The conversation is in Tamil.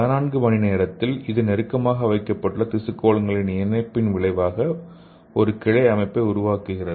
14 மணி நேரத்தில் இது நெருக்கமாக வைக்கப்பட்டுள்ள திசு கோளங்களின் இணைப்பின் விளைவாக ஒரு கிளை அமைப்பை உருவாக்குகிறது